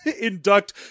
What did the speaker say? induct